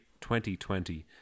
2020